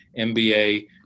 MBA